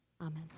Amen